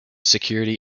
security